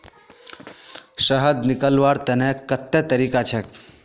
शहद निकलव्वार तने कत्ते तरीका छेक?